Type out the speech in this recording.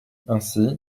ainsi